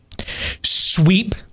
sweep